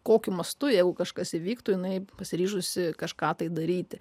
kokiu mastu jeigu kažkas įvyktų jinai pasiryžusi kažką tai daryti